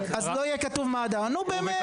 אז לא יהיה כתוב "מד"א" נו, באמת .